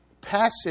passage